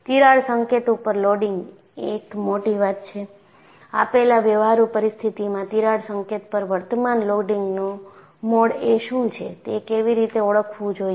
તિરાડ સંકેત ઉપર લોડિંગ એક મોટી વાત છે આપેલા વ્યવહારુ પરિસ્થિતિમાં તિરાડ સંકેત પર વર્તમાન લોડિંગનો મોડ એ શું છે તે કેવી રીતે ઓળખવું જોઈએ